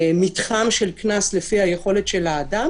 מתחם של קנס לפי היכולת של האדם.